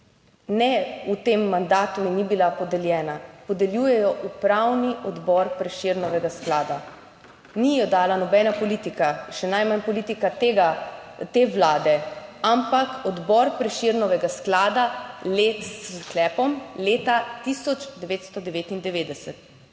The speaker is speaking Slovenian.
Ne, v tem mandatu in ni bila podeljena. Podeljuje jo upravni odbor Prešernovega sklada, ni jo dala nobena politika, še najmanj politika tega, te vlade, ampak Odbor Prešernovega sklada s